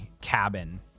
cabin